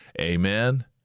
Amen